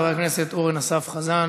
חבר הכנסת אורן אסף חזן,